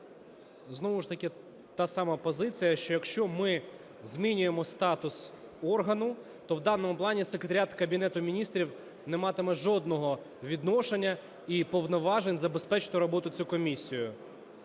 Знову ж таки та сама позиція, що якщо ми змінюємо статус органу, то в даному плані Секретаріат Кабінету Міністрів не матиме жодного відношення і повноважень забезпечити роботу цієї комісії.